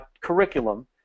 curriculum